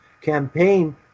campaign